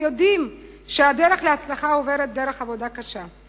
ויודעים שהדרך להצלחה עוברת דרך עבודה קשה.